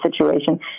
situation